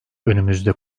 önümüzde